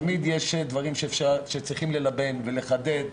תמיד יש דברים שצריכים ללבן ולחדד,